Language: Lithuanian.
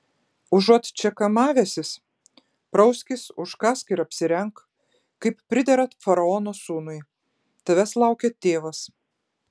užuot čia kamavęsis prauskis užkąsk ir apsirenk kaip pridera faraono sūnui tavęs laukia tėvas